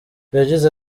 yagize